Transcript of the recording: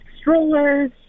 strollers